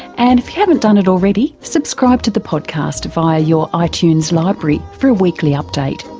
and if you haven't done it already, subscribe to the podcast via your ah itunes library for a weekly update.